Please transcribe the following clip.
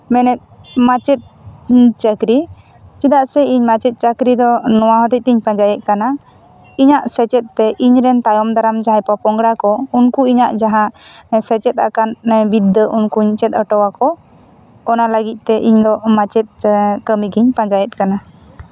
ᱢᱮᱱᱮᱫ ᱢᱟᱪᱮᱫ ᱪᱟᱹᱠᱨᱤ ᱪᱮᱫᱟᱜ ᱥᱮ ᱤᱧ ᱢᱟᱪᱮᱫ ᱪᱟᱹᱠᱨᱤ ᱫᱚ ᱱᱚᱣᱟ ᱦᱚᱛᱮᱜᱛᱮᱧ ᱯᱟᱸᱡᱟᱭᱮᱜ ᱠᱟᱱᱟ ᱤᱧᱟᱹᱜ ᱥᱮᱪᱮᱫ ᱛᱮ ᱤᱧ ᱨᱮᱱ ᱛᱟᱭᱚᱢ ᱫᱟᱨᱟᱢ ᱡᱟᱦᱟᱸᱭ ᱯᱚᱯᱚᱝᱜᱚᱲᱟ ᱠᱚ ᱩᱱᱠᱩ ᱤᱧᱟᱹᱜ ᱡᱟᱦᱟᱸ ᱥᱮᱪᱮᱫ ᱟᱠᱟᱱ ᱱᱮ ᱵᱤᱫᱽᱫᱟᱹ ᱩᱱᱠᱩᱧ ᱪᱮᱫ ᱚᱴᱚ ᱟᱠᱚ ᱚᱱᱟ ᱞᱟᱹᱜᱤᱫ ᱛᱮ ᱤᱧ ᱫᱚ ᱢᱟᱪᱮᱫ ᱪᱮ ᱠᱟᱹᱢᱤ ᱜᱮᱧ ᱯᱟᱸᱡᱟᱭᱮᱫ ᱠᱟᱱᱟ